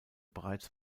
bereits